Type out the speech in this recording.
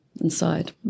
inside